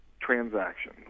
Transaction